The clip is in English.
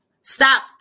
Stop